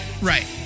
Right